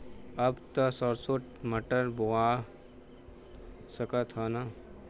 अब त सरसो मटर बोआय सकत ह न?